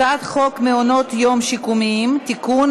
הצעת חוק מעונות יום שיקומיים (תיקון,